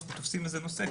תופסים נושא אחד,